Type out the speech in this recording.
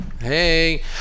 Hey